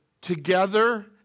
together